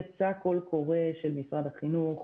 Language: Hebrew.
יצא קול קורא של משרד החינוך